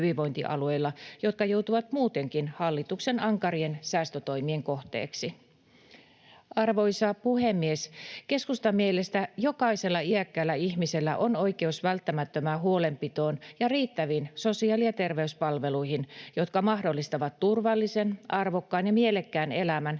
jotka joutuvat muutenkin hallituksen ankarien säästötoimien kohteeksi. Arvoisa puhemies! Keskustan mielestä jokaisella iäkkäällä ihmisellä on oikeus välttämättömään huolenpitoon ja riittäviin sosiaali- ja terveyspalveluihin, jotka mahdollistavat turvallisen, arvokkaan ja mielekkään elämän